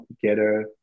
together